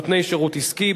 (נותני שירות עסקי).